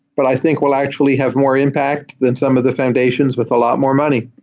but i think we'll actually have more impact than some of the foundations with a lot more money.